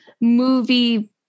movie